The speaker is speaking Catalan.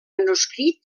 manuscrit